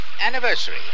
anniversary